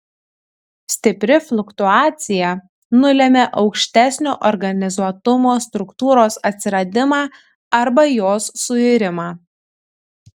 stipri fluktuacija nulemia aukštesnio organizuotumo struktūros atsiradimą arba jos suirimą